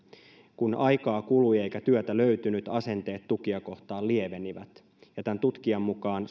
kun aikaa kului eikä työtä löytynyt asenteet tukia kohtaan lievenivät tämän tutkijan mukaan